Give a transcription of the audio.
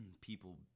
people